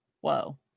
whoa